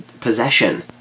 possession